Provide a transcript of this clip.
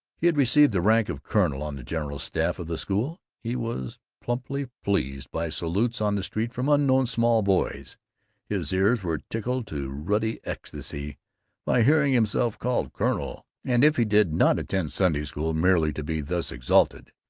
he had received the rank of colonel on the general staff of the school. he was plumply pleased by salutes on the street from unknown small boys his ears were tickled to ruddy ecstasy by hearing himself called colonel and if he did not attend sunday school merely to be thus exalted,